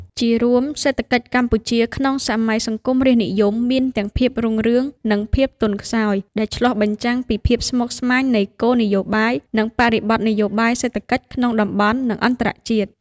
ជារួម សេដ្ឋកិច្ចកម្ពុជាក្នុងសម័យសង្គមរាស្ត្រនិយមមានទាំងភាពរុងរឿង និងភាពទន់ខ្សោយ ដែលឆ្លុះបញ្ចាំងពីភាពស្មុគស្មាញនៃគោលនយោបាយ និងបរិបទនយោបាយសេដ្ឋកិច្ចក្នុងតំបន់ និងអន្តរជាតិ។